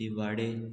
दिवाडे